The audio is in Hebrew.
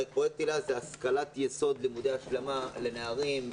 פרויקט היל"ה הוא השכלת יסוד לימודי השלמה לנערים,